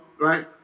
right